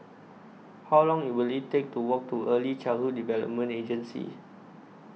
How Long Will IT Take to Walk to Early Childhood Development Agency